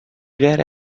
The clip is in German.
wäre